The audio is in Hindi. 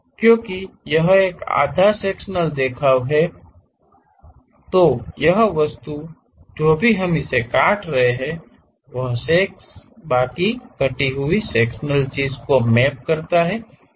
क्योंकि यह एक आधा सेक्शनल देखाव है यह वस्तु जो भी हम इसे काट रहे हैं वह शेष बाकी कटी हुई सेक्शनल चीज को मैप करता है